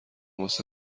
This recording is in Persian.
واسه